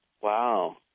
Wow